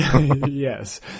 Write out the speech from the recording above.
Yes